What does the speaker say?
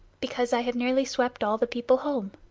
because i have nearly swept all the people home.